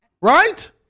Right